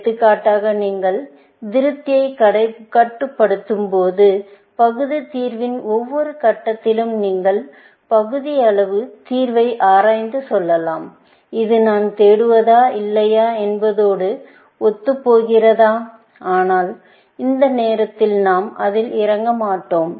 எடுத்துக்காட்டாக நீங்கள் திருப்தியைக் கட்டுப்படுத்தும் போது பகுதி தீர்வின் ஒவ்வொரு கட்டத்திலும் நீங்கள் பகுதியளவு தீர்வை ஆராய்ந்து சொல்லலாம் இது நான் தேடுவதா இல்லையா என்பதோடு ஒத்துப்போகிறதா ஆனால் இந்த நேரத்தில் நாம் அதில் இறங்க மாட்டோம்